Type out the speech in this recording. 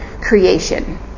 creation